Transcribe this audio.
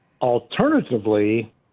Alternatively